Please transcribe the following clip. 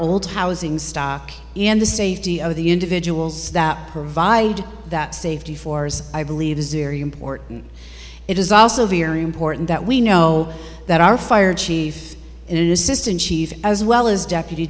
old housing stock and the safety of the individuals that provide that safety fores i believe zero important it is also very important that we know that our fire chief in assistant chief as well as deputy